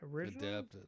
Adapted